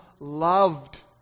loved